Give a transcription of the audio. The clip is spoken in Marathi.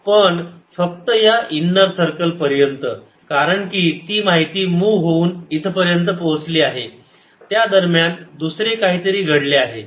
पण फक्त या इनर सर्कल पर्यंत कारण की ती माहिती मूव्ह होऊन इथपर्यंत पोहोचली आहे त्या दरम्यान दुसरे काहीतरी घडले आहे